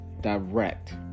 direct